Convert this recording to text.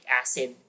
acid